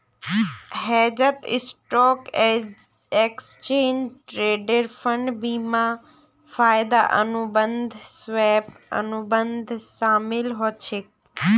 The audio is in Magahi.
हेजत स्टॉक, एक्सचेंज ट्रेडेड फंड, बीमा, वायदा अनुबंध, स्वैप, अनुबंध शामिल छेक